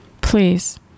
please